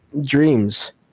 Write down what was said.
dreams